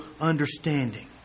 understanding